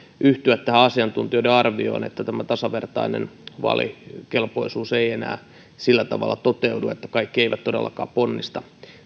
yhtyä tähän asiantuntijoiden arvioon että tämä tasavertainen vaalikelpoisuus ei enää sillä tavalla toteudu eli kaikki eivät todellakaan ponnista